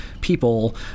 people